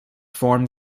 formed